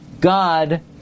God